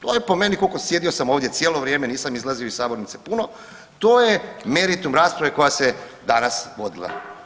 To je po meni, sjedio sam ovdje cijelo vrijeme, nisam izlazio iz sabornice puno to je meritum rasprave koja se danas vodila.